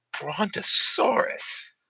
Brontosaurus